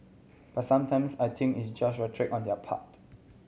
but sometimes I think it's just on their part